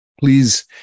please